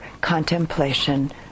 contemplation